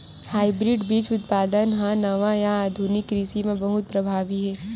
hybrid बीज उत्पादन हा नवा या आधुनिक कृषि मा बहुत प्रभावी हे